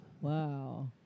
Wow